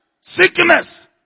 sickness